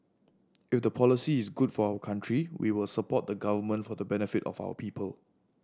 if the policy is good for our country we will support the Government for the benefit of our people